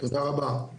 תודה רבה.